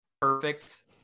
perfect